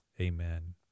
amen